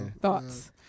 Thoughts